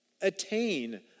attain